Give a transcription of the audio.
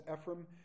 Ephraim